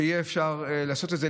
שיהיה אפשר לעשות את זה,